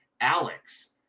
Alex